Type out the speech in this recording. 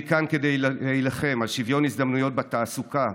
אני כאן כדי להילחם על שוויון הזדמנויות בתעסוקה,